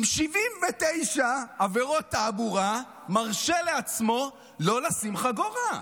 עם 79 עבירות תעבורה, מרשה לעצמו לא לשים חגורה?